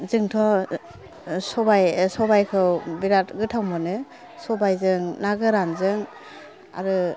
जोंथ' सबाय सबायखौ बिराथ गोथाव मोनो सबाय जों ना गोरान जों आरो